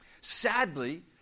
Sadly